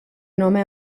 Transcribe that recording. nome